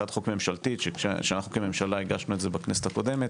הצעת חוק ממשלתית שאנחנו כממשלה הגשנו את זה בכנסת הקודמת.